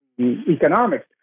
economics